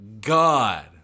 God